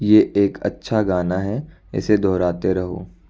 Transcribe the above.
ये एक अच्छा गाना है इसे दोहराते रहो